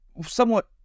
somewhat